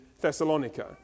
Thessalonica